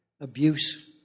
abuse